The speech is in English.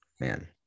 Man